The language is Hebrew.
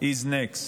is next.